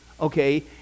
okay